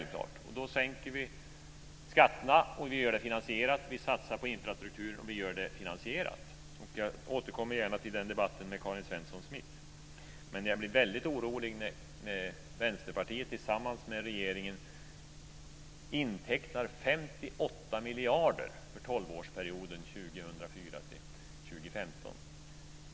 Vi sänker skatterna, och vi gör det finansierat. Vi satsar på infrastrukturen, och vi gör det finansierat. Jag återkommer gärna till den debatten med Karin Svensson Smith. Jag blir väldigt orolig när Vänsterpartiet tillsammans med regeringen intecknar 58 miljarder för 12-årsperioden 2004-2015.